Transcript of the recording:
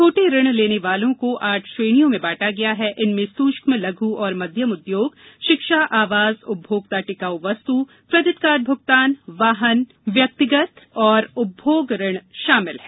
छोटे ऋण लेने वालों को आठ श्रेणियों में बांटा गया है इनमें सूक्ष्म लघ् और मध्यम उद्योग शिक्षा आवास उपभोक्ता टिकाऊ वस्तु क्रेडिट कार्ड भुगतान वाहन वैयक्तिक और उपभोग ऋण शामिल हैं